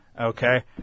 Okay